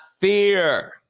fear